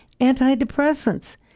antidepressants